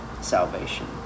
salvation